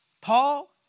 Paul